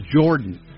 Jordan